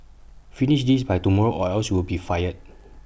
finish this by tomorrow or else you'll be fired